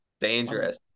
dangerous